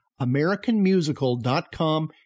AmericanMusical.com